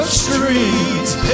streets